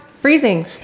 Freezing